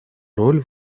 роль